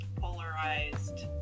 polarized